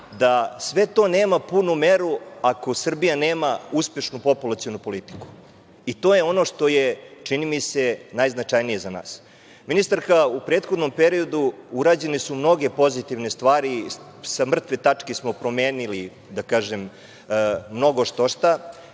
da sve to nema punu meru ako Srbija nema uspešnu populacionu politiku. To je ono što je, čini mi se, najznačajnije za nas. Ministarka, u prethodnom periodu urađene su mnoge pozitivne stvari, sa mrtve tačke smo promenili, da kažem, mnogo štošta.